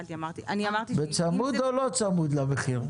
בצמוד או לצמוד למחיר?